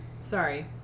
Sorry